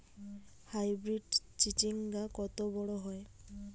Hybrid চিচিংঙ্গা কত বড় হয়?